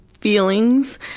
feelings